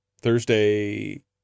Thursday